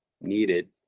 needed